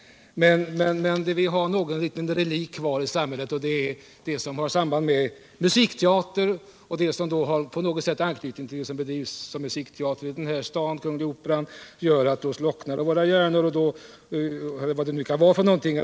Men vi har i det avseendet någon liten relikt kvar i samhället, och det gäller sådant som har samband med musikteater eller som på något sätt har anknytning till vad som bedrivs som musikteater i den här stan, den kungliga 65 operans verksamhet. När det gäller sådana frågor slocknar våra hjärnor eller vad det nu kan vara för något som händer.